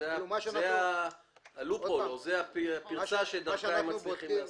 זה ה-loop hole, זו הפרצה שדרכה הם מצליחים לעשות.